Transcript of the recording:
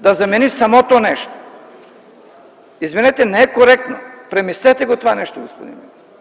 да замени самото нещо. Извинявайте, не е коректно. Премислете това нещо, господин министър.